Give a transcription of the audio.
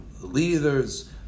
leaders